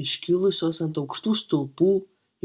iškilusios ant aukštų stulpų